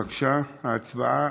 בבקשה, ההצבעה,